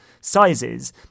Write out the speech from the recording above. sizes